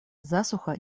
засуха